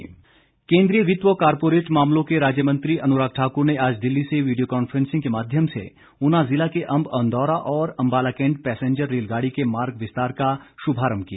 अनुराग ठाकुर केन्द्रीय वित्त व कॉर्पोरेट मामलों के राज्य मंत्री अनुराग ठाकुर ने आज दिल्ली से वीडियो कॉफ्रेंसिंग के माध्यम से ऊना जिला के अंब अंदौरा और अंबाला कैंट पैसेन्जर रेलगाड़ी के मार्ग विस्तार का शुभारंभ किया